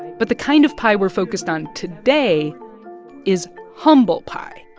but the kind of pi we're focused on today is humble pie,